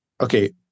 okay